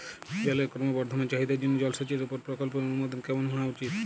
জলের ক্রমবর্ধমান চাহিদার জন্য জলসেচের উপর প্রকল্পের অনুমোদন কেমন হওয়া উচিৎ?